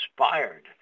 inspired